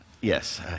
Yes